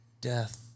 death